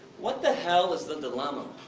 what the hell is the dilemma?